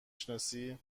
شناسی